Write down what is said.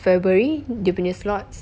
february dia punya slots